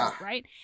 right